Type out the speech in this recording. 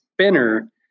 Spinner